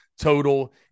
total